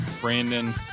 Brandon